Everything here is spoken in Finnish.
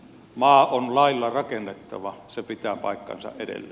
maa on lailla rakennettava se pitää paikkansa edelleen